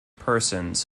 persons